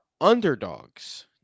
underdogs